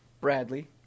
Bradley